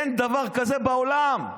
אין דבר כזה בעולם.